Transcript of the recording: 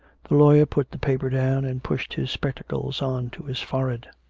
the lawyer put the paper down, and pushed his spec tacles on to his forehead.